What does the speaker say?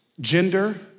gender